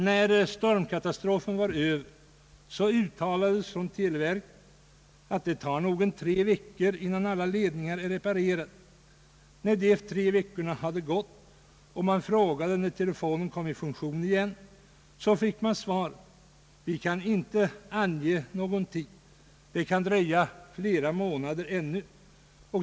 När stormkatastrofen var över, uttalades från televerket att det nog skule ta tre: veckor innan alla ledningarna var 'reparerade. När de tre veckorna hade gått och man frågade när telefonen skulle fungera igen, fick man till svar: Vi kan inte ange någon tid, det kan dröja flera månader ännu.